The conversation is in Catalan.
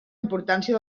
importància